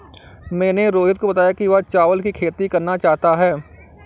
मैंने रोहित को बताया कि वह चावल की खेती करना चाहता है